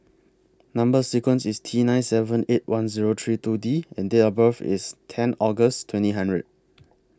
Number sequence IS T nine seven eight one Zero three two D and Date of birth IS ten August twenty hundred